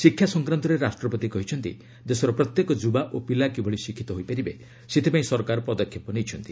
ଶିକ୍ଷା ସଂକ୍ରାନ୍ତରେ ରାଷ୍ଟ୍ରପତି କହିଛନ୍ତି ଦେଶର ପ୍ରତ୍ୟେକ ଯୁବା ଓ ପିଲା କିଭଳି ଶିକ୍ଷିତ ହୋଇପାରିବେ ସେଥିପାଇଁ ସରକାର ପଦକ୍ଷେପ ନେଇଛନ୍ତି